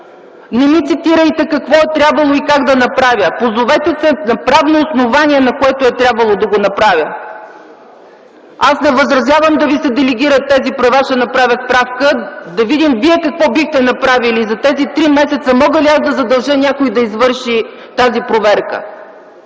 Не ми цитирайте какво е трябвало и как да направя - позовете се на правно основание, на което е трябвало да го направя! Не възразявам да ви се делегират тези права, ще направя справка, да видим вие какво бихте направили за тези три месеца. Мога ли аз да задължа някого да извърши тази проверка?